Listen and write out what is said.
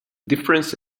difference